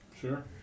Sure